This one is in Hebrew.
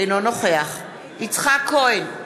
אינו נוכח יצחק כהן,